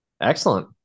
Excellent